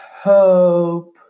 hope